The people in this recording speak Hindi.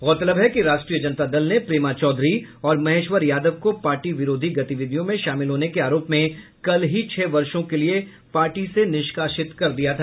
गौरतलब है कि राष्ट्रीय जनता दल ने प्रेमा चौधरी और महेश्वर यादव को पार्टी विरोधी गतिविधियों में शामिल होने के आरोप में कल ही छह वर्षों के लिये पार्टी से निष्कासित कर दिया था